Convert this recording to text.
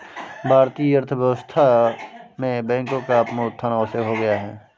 भारतीय अर्थव्यवस्था में बैंकों का पुनरुत्थान आवश्यक हो गया है